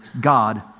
God